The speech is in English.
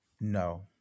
no